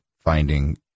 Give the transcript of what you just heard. finding